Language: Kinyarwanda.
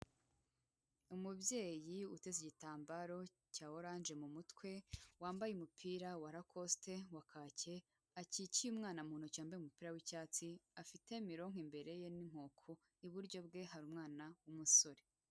Umubyeyi uteze igitambaro cya oranje mu mutwe, wambaye umupira wa rakosite wa kake, akikiye umwana mu ntoki wambaye umupira w'icyatsi, afite mironko imbere ye n'inkoko, iburyo bwe hari umwana w'umusore.